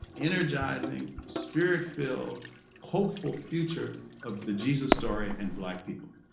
energising, spirit-filled, hopeful future of the jesus story and black people?